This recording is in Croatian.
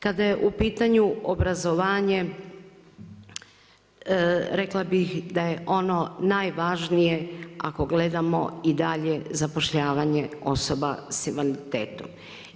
Kada je u pitanju obrazovanje rekla bih da je ono najvažnije ako gledamo i dalje zapošljavanje osoba sa invaliditetom.